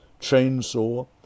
chainsaw